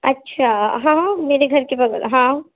اچھا ہاں میرے گھر کے بغل ہاں